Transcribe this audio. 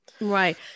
Right